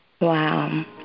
Wow